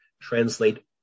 translate